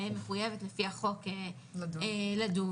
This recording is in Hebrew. מחויבת לפי החוק לדון.